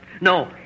No